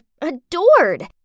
adored